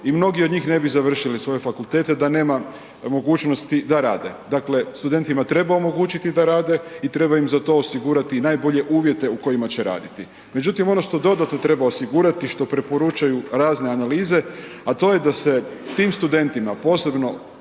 i mnogi od njih ne bi završili svoje fakultete da nema mogućnosti da rade, dakle studentima treba omogućiti da rade i treba im za to osigurati najbolje uvjete u kojima će raditi. Međutim, ono što dodatno treba osigurati, što preporučuju razne analize, a to je da se tim studentima posebno